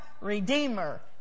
Redeemer